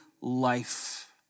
life